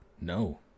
No